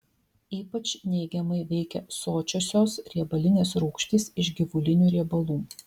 ypač neigiamai veikia sočiosios riebalinės rūgštys iš gyvulinių riebalų